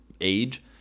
age